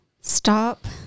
stop